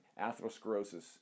atherosclerosis